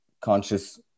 conscious